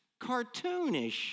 cartoonish